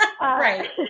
right